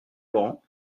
laurent